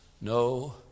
No